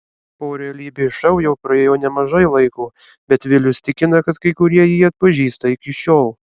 po realybės šou jau praėjo nemažai laiko bet vilius tikina kad kai kurie jį atpažįsta iki šiol